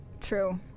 True